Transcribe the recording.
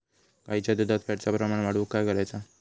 गाईच्या दुधात फॅटचा प्रमाण वाढवुक काय करायचा?